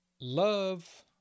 love